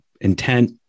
intent